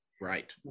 right